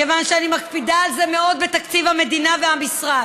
כיוון שאני מקפידה על זה מאוד בתקציב המדינה והמשרד,